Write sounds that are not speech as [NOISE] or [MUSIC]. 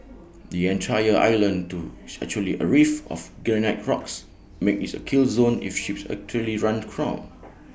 [NOISE] the entire island do is actually A reef of granite rocks making IT A kill zone if ships actually run aground